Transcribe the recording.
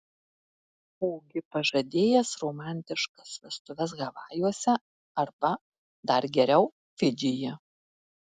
ogi pažadėjęs romantiškas vestuves havajuose arba dar geriau fidžyje